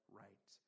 right